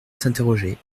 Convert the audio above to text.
s’interroger